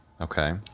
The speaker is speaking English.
okay